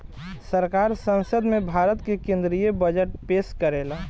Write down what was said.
सरकार संसद में भारत के केद्रीय बजट पेस करेला